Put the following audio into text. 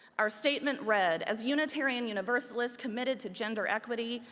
our statement read, as unitarian universalists committed to gender equity,